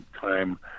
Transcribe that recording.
time